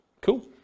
Cool